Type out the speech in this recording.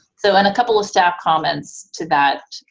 so, and a couple of staff comments to that,